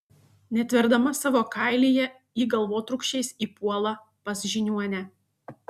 netverdama savo kailyje ji galvotrūkčiais įpuola pas žiniuonę